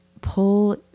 pull